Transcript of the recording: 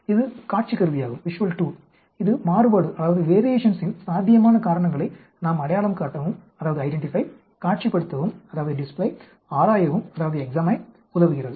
இது காட்சி கருவியாகும் இது மாறுபாட்டின் சாத்தியமான காரணங்களை நாம் அடையாளம் காணவும் காட்சிப்படுத்தவும் ஆராயவும் உதவுகிறது